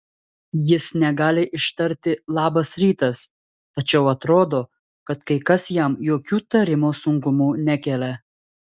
jis negali ištarti labas rytas tačiau atrodo kad kai kas jam jokių tarimo sunkumų nekelia